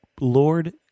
Lord